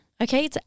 Okay